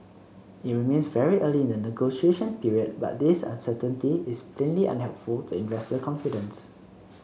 it remains very early in the negotiation period but this uncertainty is plainly unhelpful to investor confidence